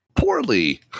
Poorly